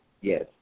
Yes